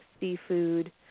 seafood